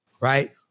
right